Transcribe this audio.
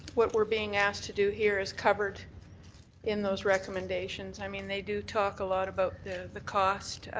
what we're being asked to do here is covered in those recommendations. i mean, they do talk a lot about the the cost,